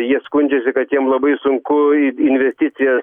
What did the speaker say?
jie skundžiasi kad jiem labai sunku į investicijas